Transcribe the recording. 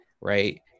right